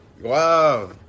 Wow